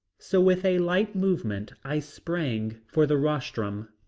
so with a light movement i sprang for the rostrum.